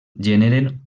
generen